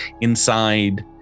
inside